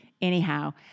Anyhow